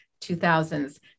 2000s